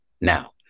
now